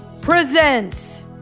presents